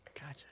gotcha